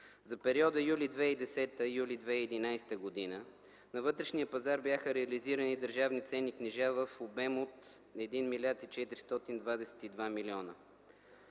За периода юли 2010 – юли 2011 г. на вътрешния пазар бяха реализирани и държавни ценни книжа в обем от 1 млрд. 422 млн.